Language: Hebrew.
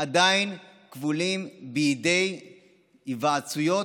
עדיין כבולים בידי היוועצויות